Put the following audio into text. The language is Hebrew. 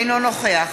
אינו נוכח